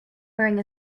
wearing